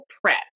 PrEP